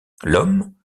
l’homme